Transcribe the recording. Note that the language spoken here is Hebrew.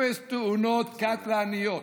אפס תאונות קטלניות.